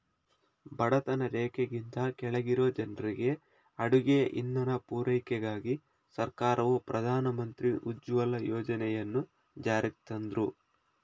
ಬಡತನ ರೇಖೆಗಿಂತ ಕೆಳಗಿರೊ ಜನ್ರಿಗೆ ಅಡುಗೆ ಇಂಧನ ಪೂರೈಕೆಗಾಗಿ ಸರ್ಕಾರವು ಪ್ರಧಾನ ಮಂತ್ರಿ ಉಜ್ವಲ ಯೋಜನೆಯನ್ನು ಜಾರಿಗ್ತಂದ್ರು